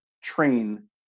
train